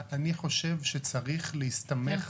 אני חושב שצריך להסתמך -- כן.